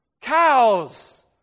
cows